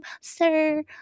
sir